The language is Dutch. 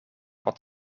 wat